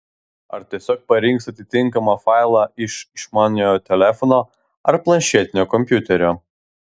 ar tiesiog parinks atitinkamą failą iš išmaniojo telefono ar planšetinio kompiuterio